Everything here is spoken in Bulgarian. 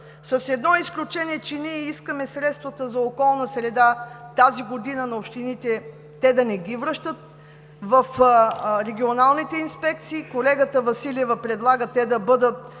с едно изключение, че ние искаме средствата за околна среда тази година общините да не ги връщат в регионалните инспекции. Колегата Василева предлага те да бъдат